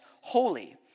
holy